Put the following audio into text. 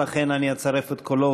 לכן אני אצרף את קולו,